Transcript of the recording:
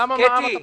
קטי,